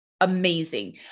amazing